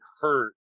hurt